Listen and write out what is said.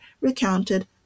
recounted